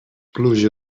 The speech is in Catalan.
pluja